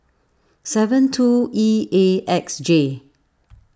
seven two E A X J